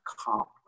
accomplish